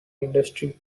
industry